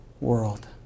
world